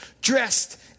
Dressed